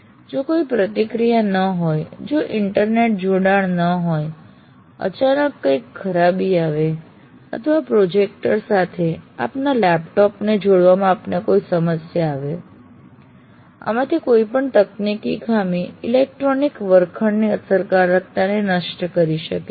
જો કોઈ પ્રતિક્રિયા ન હોય જો ઇન્ટરનેટ જોડાણ ન હોય અચાનક કંઈક ખરાબી આવે અથવા પ્રોજેક્ટર સાથે આપના લેપટોપ ને જોડવામાં આપને કોઈ સમસ્યા આવે આમાંથી કોઈપણ તકનીકી ખામી ઇલેક્ટ્રોનિક વર્ગખંડની અસરકારકતાને નષ્ટ કરી શકે છે